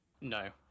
No